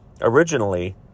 Originally